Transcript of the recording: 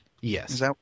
Yes